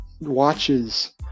watches